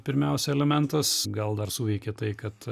pirmiausia elementas gal dar suveikė tai kad